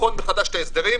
לבחון מחדש את ההסדרים,